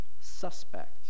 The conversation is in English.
suspect